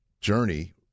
journey